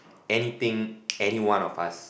anything anyone of us